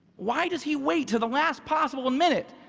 why does he wait till the last possible minute?